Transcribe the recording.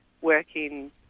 working